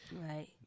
Right